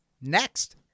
next